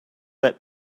let